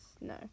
No